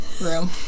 room